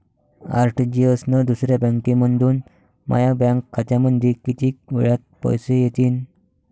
RTGS न दुसऱ्या बँकेमंधून माया बँक खात्यामंधी कितीक वेळातं पैसे येतीनं?